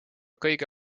kõige